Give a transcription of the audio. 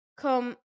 Come